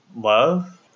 love